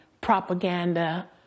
propaganda